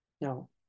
no